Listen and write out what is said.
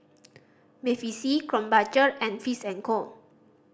Bevy C Krombacher and Fish and Co